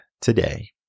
today